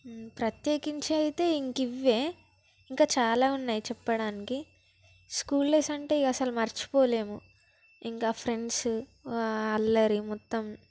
ప్రత్యేకించి అయితే ఇంక ఇవ్వే ఇంక చాలా ఉన్నాయి చెప్పడానికి స్కూల్ డేస్ అంటే ఇక మర్చిపోలేము ఇంక ఫ్రెండ్సు అల్లరి మొత్తం